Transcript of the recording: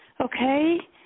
okay